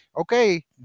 okay